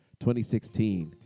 2016